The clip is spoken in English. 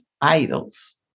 idols